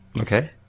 Okay